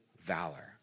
valor